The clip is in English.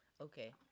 Okay